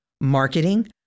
marketing